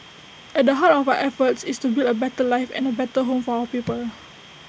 at the heart of our efforts is to build A better life and A better home for our people